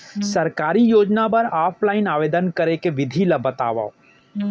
सरकारी योजना बर ऑफलाइन आवेदन करे के विधि ला बतावव